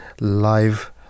Live